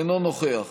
אינו נוכח